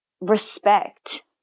respect